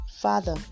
Father